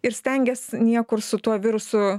ir stengias niekur su tuo virusu